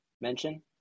mention